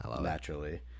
naturally